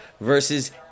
versus